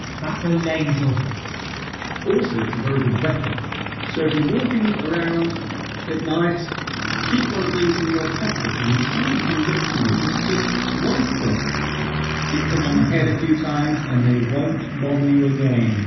that's a ladle also it's a very good weapon so if you're walking around at night keep one of these in your pocket and if someone comes up to you just just clunk them hit them on the head a few times and they won't bother you again